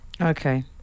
Okay